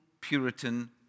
Puritan